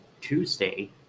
Tuesday